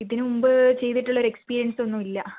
ഇതിന് മുമ്പ് ചെയ്തിട്ടുള്ള ഒരു എക്സ്പീരിയൻസ് ഒന്നുമില്ല